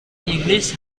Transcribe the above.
english